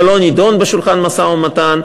זה לא נדון בשולחן המשא-ומתן.